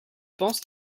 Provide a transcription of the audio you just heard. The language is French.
pense